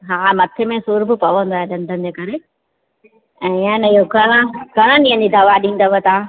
हा मथे में सूर बि पवंदो आहे दंदनि जे करे ऐं ईअं आहे न घणा घणा ॾींहंनि जी दवा ॾींदव तव्हां